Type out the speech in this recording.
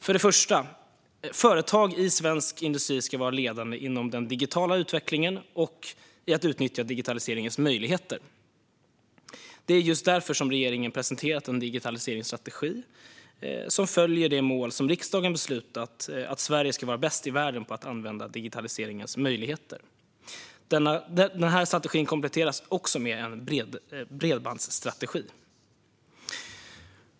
För det första: Företag i svensk industri ska vara ledande inom den digitala utvecklingen och i att utnyttja digitaliseringens möjligheter. Det är just därför som regeringen presenterat en digitaliseringsstrategi som följer det mål som riksdagen beslutat, nämligen att Sverige ska vara bäst i världen på att använda digitaliseringens möjligheter. Strategin kompletteras också med en bredbandsstrategi.